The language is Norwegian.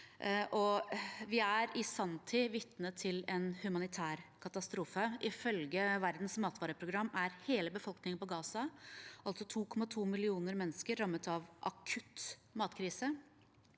Vi er i sanntid vitne til en humanitær katastrofe. Ifølge Verdens matvareprogram er hele befolkningen i Gaza, altså 2,2 millioner mennesker, rammet av akutt matkrise.